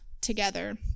together